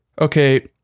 okay